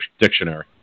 Dictionary